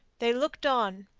they looked on,